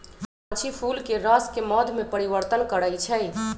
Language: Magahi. मधुमाछी फूलके रसके मध में परिवर्तन करछइ